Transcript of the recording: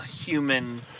Human